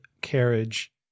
carriage